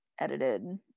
edited